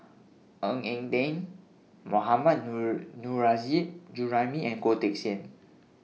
Ng Eng Teng Mohammad Nurrasyid Juraimi and Goh Teck Sian